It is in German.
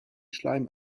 schleim